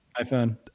iPhone